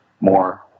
more